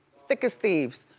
thick as thieves,